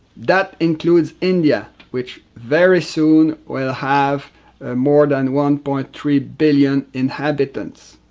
that includes india which, very soon, will have more than one point three billion inhabitants!